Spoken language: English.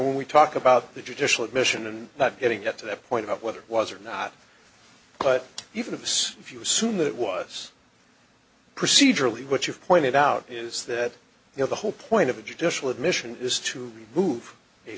when we talk about the judicial admission and not getting it to the point of whether it was or not but even if it's if you assume that it was procedurally what you pointed out is that you know the whole point of a judicial admission is to move a